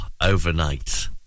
overnight